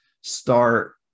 start